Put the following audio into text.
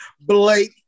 Blake